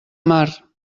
mar